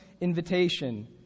invitation